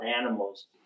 animals